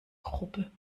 gruppe